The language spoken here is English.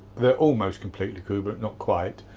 they're almost completely cool but not quite.